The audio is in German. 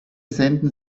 senden